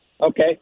Okay